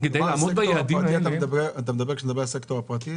כשאתה מדבר על הסקטור הפרטי,